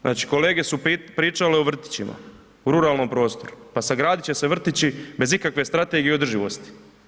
Znači kolege su pričale o vrtićima u ruralnom prostoru, pa sagradit će se vrtići bez ikakve strategije izdrživosti.